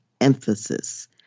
emphasis